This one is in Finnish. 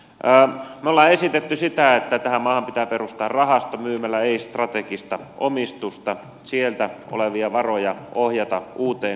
me olemme esittäneet sitä että tähän maahan pitää perustaa rahasto myymällä ei strategista omistusta sieltä olevia varoja ohjata uuteen kasvuun